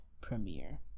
premiere